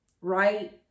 right